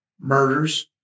murders